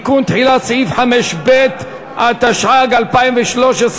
(תיקון, תחילת סעיף 5ב), התשע"ג 2013,